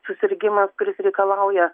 susirgimas kuris reikalauja